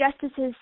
Justice's